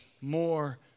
more